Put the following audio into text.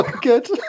Good